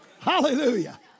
Hallelujah